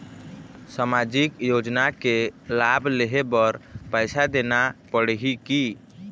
सामाजिक योजना के लाभ लेहे बर पैसा देना पड़ही की?